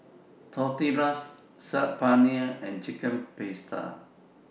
Tortillas Saag Paneer and Chicken Pasta